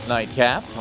Nightcap